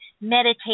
meditate